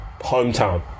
Hometown